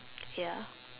ya